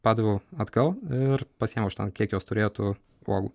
padaviau atgal ir pasiėmiau aš ten kiek jos turėjo tų uogų